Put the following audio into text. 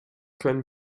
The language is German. können